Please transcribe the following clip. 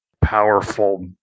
powerful